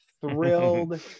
thrilled